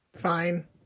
Fine